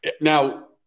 now